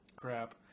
Crap